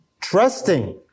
trusting